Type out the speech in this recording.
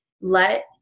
let